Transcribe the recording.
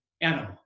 animal